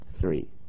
Three